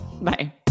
Bye